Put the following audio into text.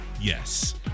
yes